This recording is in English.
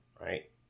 right